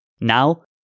Now